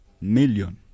million